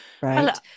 right